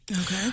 Okay